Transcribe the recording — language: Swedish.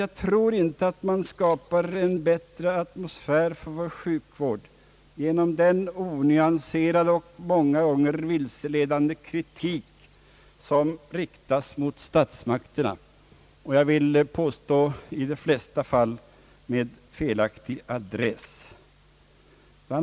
Jag tror inte vi skapar en bättre atmosfär för vår sjukvård genom onyan serad och många gånger vilseledande kritik som riktas mot statsmakterna — jag vill påstå i de flesta fall med felaktig adress. Bl.